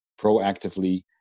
proactively